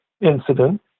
incident